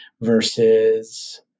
versus